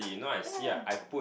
ya ya ya